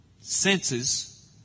senses